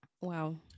Wow